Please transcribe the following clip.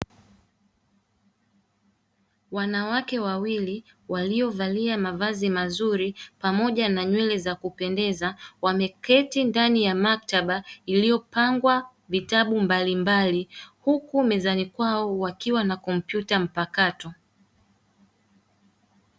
Wanawake wawili waliovalia mavazi mazuri pamoja na nywele za kupendeza, wameketi ndani ya maktaba iliyo pangwa vitabu mbalimbali, huku mezani kwao wakiwa na kompyuta mpakato.